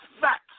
facts